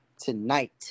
tonight